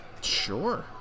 Sure